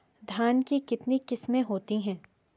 धान की कितनी किस्में होती हैं?